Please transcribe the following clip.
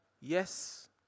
yes